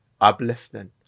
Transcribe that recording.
uplifting